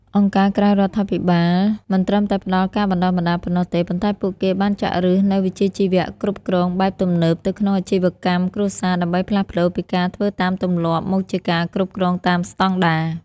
អង្គការក្រៅរដ្ឋាភិបាលមិនត្រឹមតែផ្ដល់ការបណ្ដុះបណ្ដាលប៉ុណ្ណោះទេ ប៉ុន្តែពួកគេបានចាក់ឫសនូវវិជ្ជាជីវៈគ្រប់គ្រងបែបទំនើបទៅក្នុងអាជីវកម្មគ្រួសារ ដើម្បីផ្លាស់ប្តូរពីការធ្វើតាមទម្លាប់ មកជាការគ្រប់គ្រងតាមស្ដង់ដារ។